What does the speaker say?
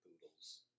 poodles